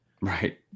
Right